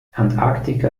antarktika